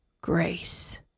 grace